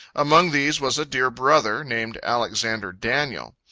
among these was a dear brother, named alexander daniel.